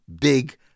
big